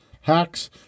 hacks